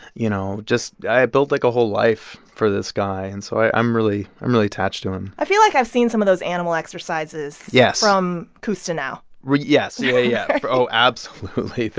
you know, just i built, like, a whole life for this guy. and so i'm really i'm really attached to him i feel like i've seen some of those animal exercises. yes. from custanal were yes. yeah, yeah, yeah oh, absolutely.